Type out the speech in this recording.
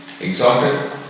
exalted